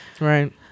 Right